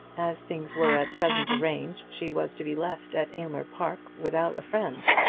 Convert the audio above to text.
as things were at present arranged she was to be left at aylmer park without a friend.